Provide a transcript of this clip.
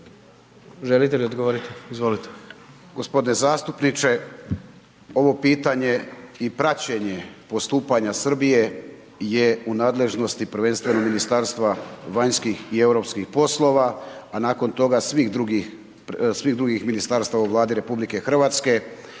Želite li odgovoriti? Izvolite. **Medved, Tomo (HDZ)** Gospodine zastupniče, ovo pitanje i praćenje postupanja Srbije je u nadležnosti, prvenstveno Ministarstva vanjskih i europskih poslova, a nakon toga svih drugih ministarstava Vlade RH i redovito